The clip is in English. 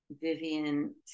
Vivian